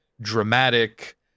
dramatic